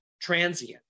transient